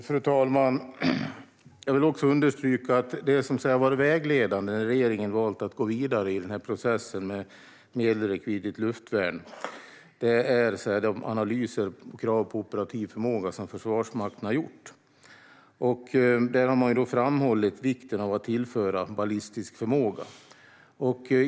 Fru talman! Jag vill understryka att det som varit vägledande när regeringen valt att gå vidare i processen med medelräckviddigt luftvärn är de analyser av krav på operativ förmåga som Försvarsmakten har gjort. Där har man framhållit vikten av att tillföra ballistisk förmåga.